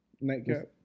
Nightcap